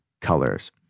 colors